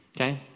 Okay